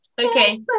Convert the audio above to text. Okay